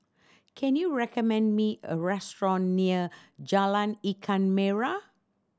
can you recommend me a restaurant near Jalan Ikan Merah